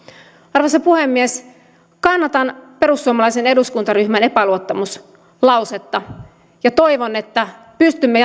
arvoisa puhemies kannatan perussuomalaisen eduskuntaryhmän epäluottamuslausetta toivon että pystymme